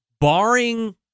barring